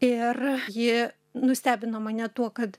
ir ji nustebino mane tuo kad